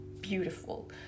beautiful